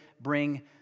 bring